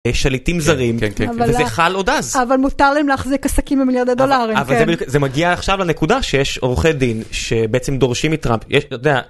יש שליטים זרים, וזה חל עוד אז. אבל מותר להם להחזיק עסקים במיליארדי דולרים, כן. זה מגיע עכשיו לנקודה שיש עורכי דין שבעצם דורשים מטראמפ.